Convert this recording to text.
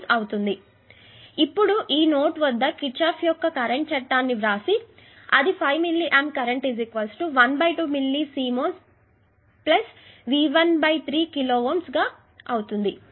కాబట్టి ఇప్పుడు ఈ నోట్ వద్ద కిర్చా ఫ్ యొక్క కరెంట్ చట్టాన్ని వ్రాసి అది 5 మిల్లీ ఆంప్ కరెంట్ 12మిల్లీ సిమెన్స్ 1 V 13 కిలోΩ